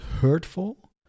hurtful